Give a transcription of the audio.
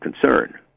concern